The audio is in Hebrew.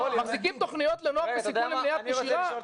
מחזיקים תכניות לנוער בסיכון למניעת נשירה?